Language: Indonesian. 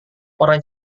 orang